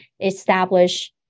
establish